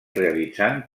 realitzant